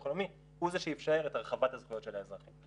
הלאומי הוא זה שאיפשר את הרחבת הזכויות של האזרחים.